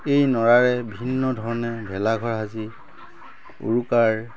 এই নৰাৰে ভিন্ন ধৰণে ভেলাঘৰ সাজি উৰুকাৰ